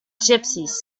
gypsies